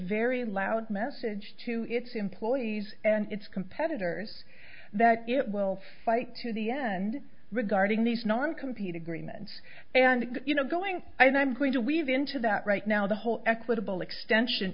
very loud message to its employees and its competitors that it will fight to the end regarding these non compete agreements and you know going and i'm going to weave into that right now the whole equitable extension